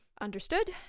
Understood